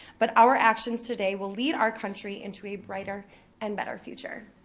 but our actions today will lead our country into a brighter and better future.